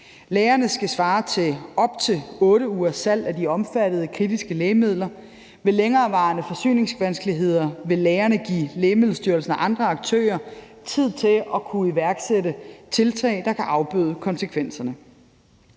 Lagrene skal svare til op til 8 ugers salg af de omfattede kritiske lægemidler. Ved længerevarende forsyningsvanskeligheder vil lagrene give Lægemiddelstyrelsen og andre aktører tid til at kunne iværksætte tiltag, der kan afbøde konsekvenserne.